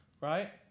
right